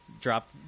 drop –